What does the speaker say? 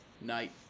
night